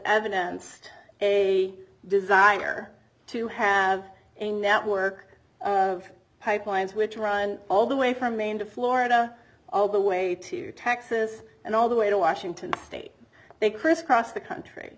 evidence a desire to have a network of pipelines which run all the way from maine to florida all the way to texas and all the way to washington state they crisscross the country